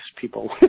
people